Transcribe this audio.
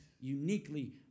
uniquely